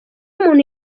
umuntu